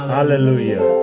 Hallelujah